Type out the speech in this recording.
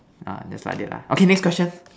uh just like that lah okay next question